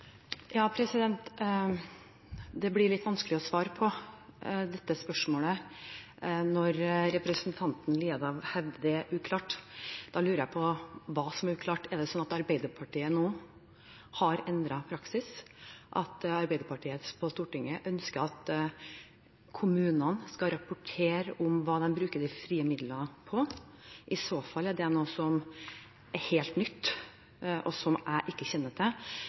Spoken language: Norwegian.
Det blir litt vanskelig å svare på dette spørsmålet når representanten Haukeland Liadal hevder det er uklart. Da lurer jeg på hva som er uklart. Er det sånn at Arbeiderpartiet nå har endret praksis, at Arbeiderpartiet på Stortinget ønsker at kommunene skal rapportere om hva de bruker de frie midlene til? I så fall er det noe som er helt nytt, og som jeg ikke kjenner til.